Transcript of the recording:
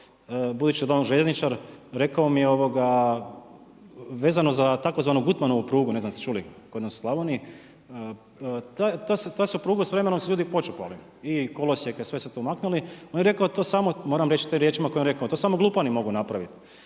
da je on željezničar, rekao vezano za tzv. Gutmanovu prugu ne znam jeste li čuli, kod nas u Slavoniji, ta se pruga, s vremenom su je ljudi počupali. I kolosijeke, sve su to maknuli, on je rekao to samo, moram reći tim riječima kojima je rekao: To samo glupani mogu napraviti.